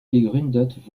gegründet